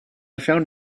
found